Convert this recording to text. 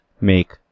make